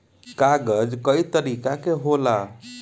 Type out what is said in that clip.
कागज कई तरीका के होला